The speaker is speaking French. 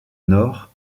nord